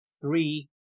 Three